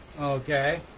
okay